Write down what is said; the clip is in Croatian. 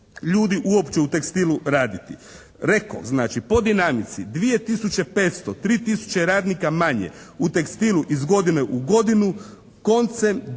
uopće u tekstilu raditi. Rekoh, znači, po dinamici 2 tisuće 500, 3 tisuće radnika manje u tekstilu iz godine u godinu koncem